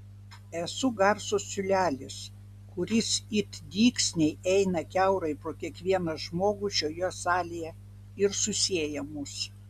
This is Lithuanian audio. esu garso siūlelis kuris it dygsniai eina kiaurai pro kiekvieną žmogų šioje salėje ir susieja mus